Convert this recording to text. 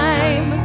Time